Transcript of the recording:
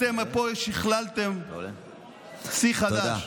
אתם בפועל שכללתם שיא חדש.